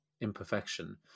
imperfection